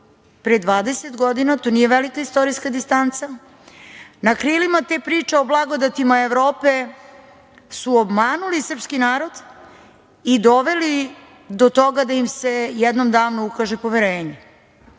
pre 20 godina, to nije velika istorijska distanca. Na krilima te priče o blagodetima Evrope su obmanuli srpski narod i doveli do toga da im se jednom davno ukaže poverenje.